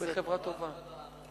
בחברה טובה.